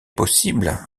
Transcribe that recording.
possible